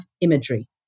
imagery